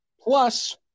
Plus